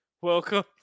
Welcome